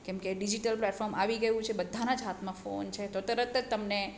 કેમ કે digital platform આવી ગયું છે બધાના જ હાથમાં ફોન છે તો તરત જ તમને